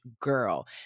girl